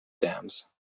dams